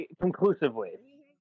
conclusively